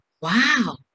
Wow